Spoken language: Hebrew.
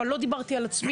אבל לא דיברתי על עצמי,